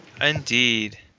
Indeed